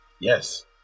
Yes